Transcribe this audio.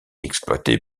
exploité